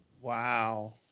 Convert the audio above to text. Wow